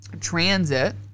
transit